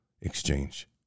exchange